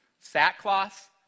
sackcloth